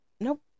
Nope